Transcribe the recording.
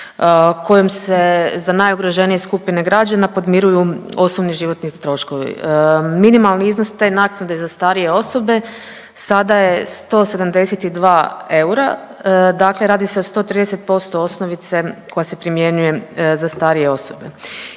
kojom se za najugroženije skupine građana podmiruju osnovni životni troškovi. Minimalni iznos te naknade za starije osobe sada je 172 eura, dakle radi se o 130% osnovice koja se primjenjuje za starije osobe.